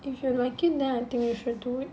if you like it then I think you should do it